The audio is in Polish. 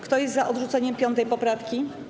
Kto jest za odrzuceniem 5. poprawki?